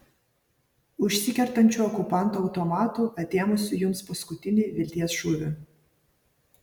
užsikertančiu okupanto automatu atėmusiu jums paskutinį vilties šūvį